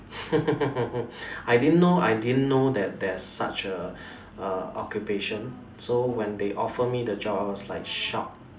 I didn't know I didn't know that there's such a a occupation so when they offer me the job I was like shocked